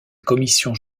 commissions